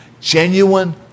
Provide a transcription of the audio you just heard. Genuine